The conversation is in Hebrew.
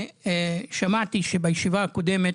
שמעתי שבישיבה הקודמת